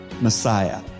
Messiah